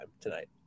tonight